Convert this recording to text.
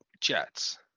Jets